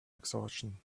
exhaustion